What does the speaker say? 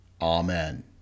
Amen